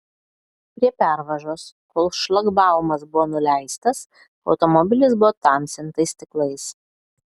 prie pervažos kol šlagbaumas buvo nuleistas automobilis buvo tamsintais stiklais